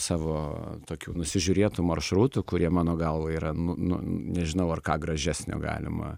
savo tokių nusižiūrėtų maršrutų kurie mano galva yra nu nu nežinau ar ką gražesnio galima